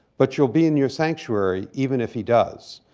but you'll be in your sanctuary, even if he does.